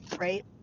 right